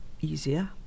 easier